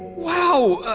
wow.